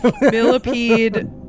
Millipede